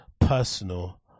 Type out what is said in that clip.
personal